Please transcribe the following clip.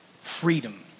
Freedom